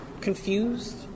confused